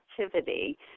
activity